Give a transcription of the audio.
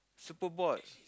super bored